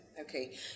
Okay